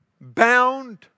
bound